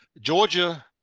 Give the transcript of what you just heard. Georgia